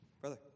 Brother